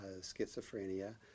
schizophrenia